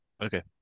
Okay